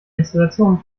installationen